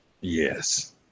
Yes